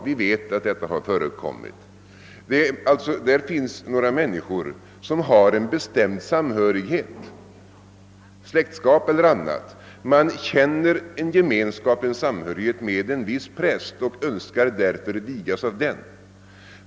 Vi vet att detta har förekommit. Det finns människor som har en bestämd samhörighet, släktskap eller annat, med en viss präst och därför önskar vigas av denne.